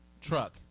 truck